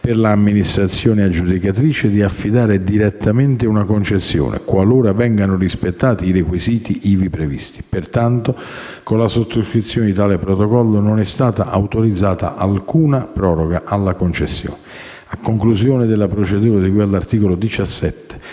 per l'amministrazione aggiudicatrice di affidare direttamente una concessione, qualora vengano rispettati i requisiti ivi previsti. Pertanto, con la sottoscrizione di tale protocollo, non è stata autorizzata alcuna proroga alla concessione. A conclusione della procedura di cui all'articolo 17